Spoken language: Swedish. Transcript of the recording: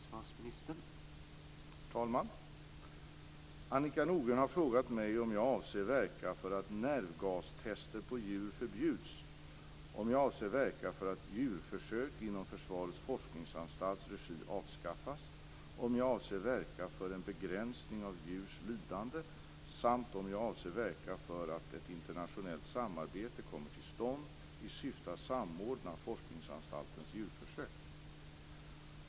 Herr talman! Annika Nordgren har frågat mig om jag avser att verka för att nervgastest på djur förbjuds, om jag avser att verka för att djurförsök inom Försvarets forskningsanstalts regi avskaffas, om jag avser att verka för en begränsning av djurs lidande samt om jag avser att verka för att ett internationellt samarbete kommer till stånd i syfte att samordna Forskningsanstaltens djurförsök.